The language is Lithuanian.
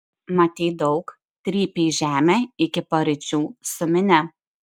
matei daug trypei žemę iki paryčių su minia